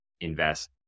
invest